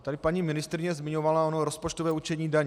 Tady paní ministryně zmiňovala ono rozpočtového určení daní.